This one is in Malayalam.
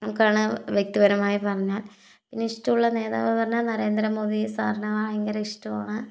നമുക്കാണ് വ്യക്തിപരമായി പറഞ്ഞാല് പിന്നെ ഇഷ്ടമുള്ള നേതാവ് പറഞ്ഞാല് നരേന്ദ്രമോദി സാറിനെ ഭയങ്കര ഇഷ്ടമാണ്